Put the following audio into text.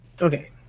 Okay